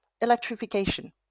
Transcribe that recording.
electrification